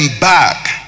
back